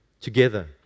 together